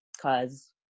cause